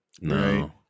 No